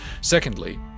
Secondly